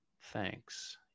Thanks